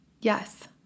Yes